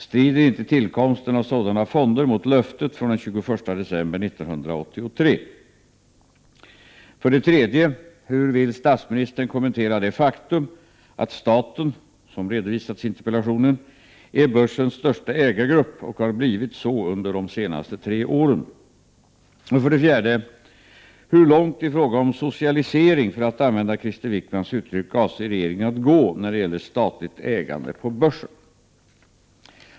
Strider inte tillkomsten av sådana fonder mot löftet från den 21 december 1983? 3. Hur vill statsministern kommentera det faktum att staten — som redovisats iinterpellationen — är börsens största ägargrupp, och har blivit så under de senaste tre åren? 4. Hur långt i fråga om socialisering, för att använda Krister Wickmans uttryck, avser regeringen att gå när det gäller statligt ägande på börsen?